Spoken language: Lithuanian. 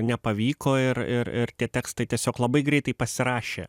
nepavyko ir ir ir tie tekstai tiesiog labai greitai pasirašė